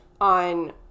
on